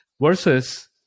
versus